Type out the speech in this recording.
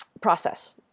process